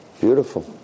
Beautiful